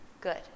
Good